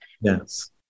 Yes